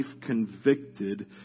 convicted